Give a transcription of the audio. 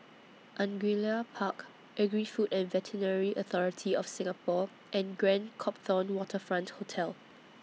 Angullia Park Agri Food and Veterinary Authority of Singapore and Grand Copthorne Waterfront Hotel